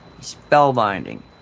spellbinding